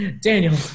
Daniel